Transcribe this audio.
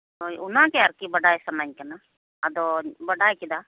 ᱦᱳᱭ ᱚᱱᱟ ᱜᱮ ᱟᱨᱠᱤ ᱵᱟᱰᱟᱭ ᱥᱟᱱᱟᱧ ᱠᱟᱱᱟ ᱟᱫᱚᱧ ᱵᱟᱰᱟᱭ ᱠᱮᱫᱟ